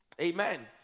Amen